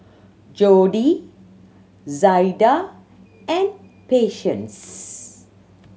Jodi Zaida and Patience